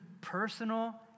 personal